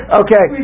okay